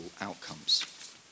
outcomes